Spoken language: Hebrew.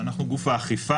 אנחנו גוף האכיפה,